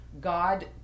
god